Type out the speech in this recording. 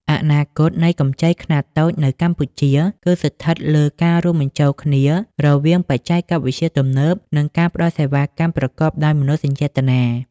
អនាគតនៃកម្ចីខ្នាតតូចនៅកម្ពុជា គឺស្ថិតនៅលើការរួមបញ្ចូលគ្នារវាងបច្ចេកវិទ្យាទំនើប និងការផ្ដល់សេវាកម្មប្រកបដោយមនោសញ្ចេតនា។